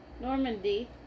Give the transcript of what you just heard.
Normandy